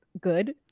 good